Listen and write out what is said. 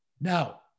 Now